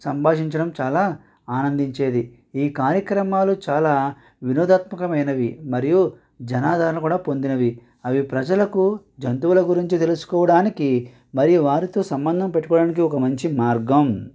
సంభాషించడం చాలా ఆనందించేది ఈ కార్యక్రమాలు చాలా వినోదత్మకమైనవి మరియు జనాదరణ కూడా పొందినవి అవి ప్రజలకు జంతువుల గురించి తెలుసుకోవడానికి మరియు వాటితో సంబంధం పెట్టుకోవడానికి ఒక మంచి మార్గం